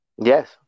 Yes